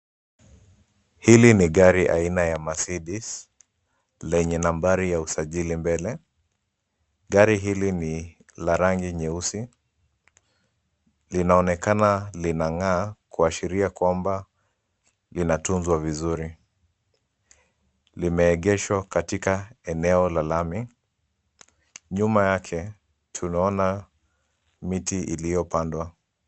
Hili ni gari aina ya Mercedes lenye nambari ya usajili mbele. Gari hili ni la rangi nyeusi, linaonekana linang'aa, kuashiria kwamba inatunzwa vizuri. Limeegeshwa katika eneo la lami. Nyuma yake tunaona miti iliyopandwa.